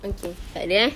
okay tak ada eh